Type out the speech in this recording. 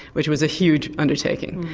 which was a huge undertaking.